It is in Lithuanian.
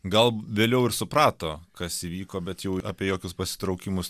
gal vėliau ir suprato kas įvyko bet jau apie jokius pasitraukimus